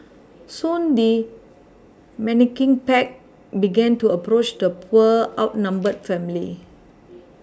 soon the menacing pack began to approach the poor outnumbered family